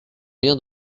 vient